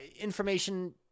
information